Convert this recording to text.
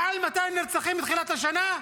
מעל 200 נרצחים מתחילת השנה,